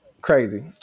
Crazy